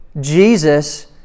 Jesus